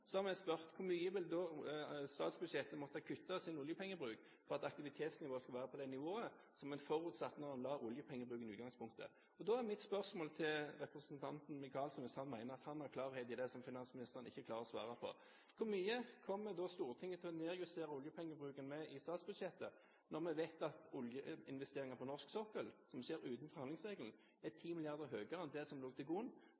Så må jeg spørre: Hvor mye må det da kuttes i statsbudsjettets oljepengebruk for at aktivitetsnivået skal være på det nivået som man forutsatte da man planla oljepengebruken i utgangspunktet? Da er mitt spørsmål til representanten Micaelsen, hvis han mener at han har klarhet i det som finansministeren ikke klarer å svare på: Hvor mye kommer Stortinget til å nedjustere oljepengebruken med i statsbudsjettet, når vi vet at oljeinvesteringene på norsk sokkel utenfor handlingsregelen er 10 mrd. kr høyere enn det som lå til